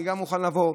אני גם מוכן לבוא.